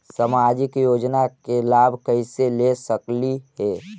सामाजिक योजना के लाभ कैसे ले सकली हे?